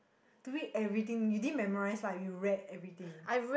to read everything you didn't memorize lah you read everything